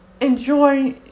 enjoy